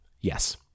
yes